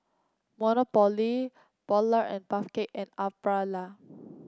Monopoly Polar and Puff Cakes and Aprilia